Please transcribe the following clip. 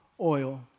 oil